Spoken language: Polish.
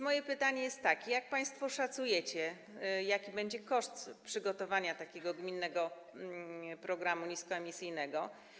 Moje pytanie jest takie: Jak państwo szacujecie, jaki będzie koszt przygotowania takiego gminnego programu niskoemisyjnego?